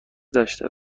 داشته